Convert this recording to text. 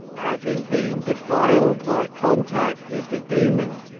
having been defiled by contact with the demon.